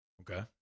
Okay